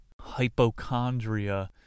hypochondria